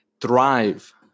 thrive